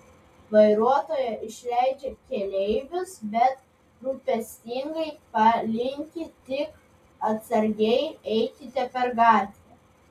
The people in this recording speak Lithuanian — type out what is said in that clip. vairuotoja išleidžia keleivius bet rūpestingai palinki tik atsargiai eikite per gatvę